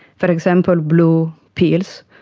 for example, blue pills,